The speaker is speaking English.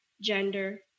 gender